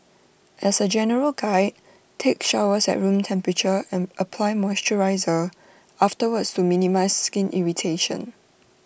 as A general guide take showers at room temperature and apply moisturiser afterwards to minimise skin irritation